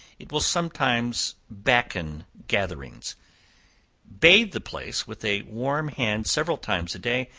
it will sometimes backen gatherings bathe the place with a warm hand several times a day,